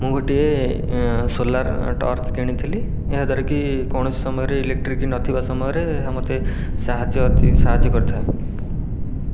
ମୁଁ ଗୋଟିଏ solar torch କିଣିଥିଲି ଏହାଦ୍ଵାରାକି କୌଣସି ସମୟରେ ଇଲେକଟ୍ରିକ୍ ନଥିବା ସମୟରେ ମୋତେ ସାହାଯ୍ୟ ସାହାଯ୍ୟ କରିଥାଏ